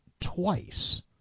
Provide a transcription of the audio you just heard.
twice